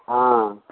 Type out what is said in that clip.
हँ